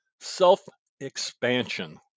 self-expansion